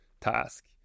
task